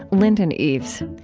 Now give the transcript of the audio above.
lindon eaves.